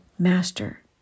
master